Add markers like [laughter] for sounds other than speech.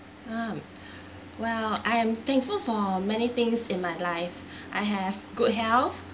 um [breath] well I am thankful for many things in my life [breath] I have good health